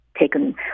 taken